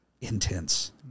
intense